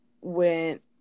went